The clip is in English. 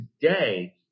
today